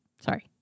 Sorry